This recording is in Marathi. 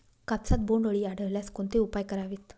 कापसात बोंडअळी आढळल्यास कोणते उपाय करावेत?